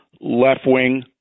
left-wing